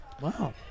Wow